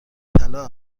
طلا